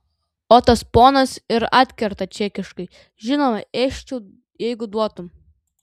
o tas ponas ir atkerta čekiškai žinoma ėsčiau jeigu duotum